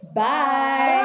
Bye